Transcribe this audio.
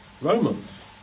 Romans